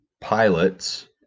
pilots